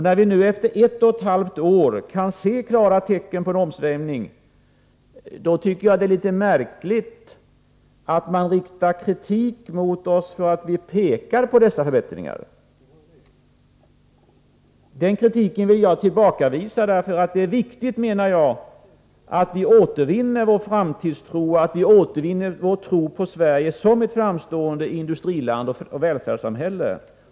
När vi nu, efter ett och ett halvt års regeringsinnehav kan se klara tecken på en omsvängning, så tycker jag att det är märkligt att man riktar kritik mot oss för att vi pekar på de förbättringar som har skett. Jag tillbakavisar den kritiken. Det är enligt min mening viktigt att återvinna vår framtidstro och tron på Sverige som ett framstående industriland och välfärdssamhälle.